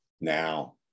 now